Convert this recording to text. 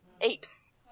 apes